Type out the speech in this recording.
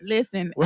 Listen